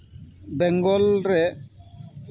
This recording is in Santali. ᱵᱮᱝᱜᱚᱞ ᱨᱮ